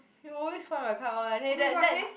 you always fly my kite one hey that that